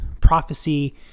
prophecy